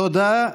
תודה.